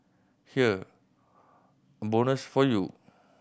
here a bonus for you